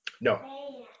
No